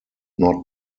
not